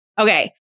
Okay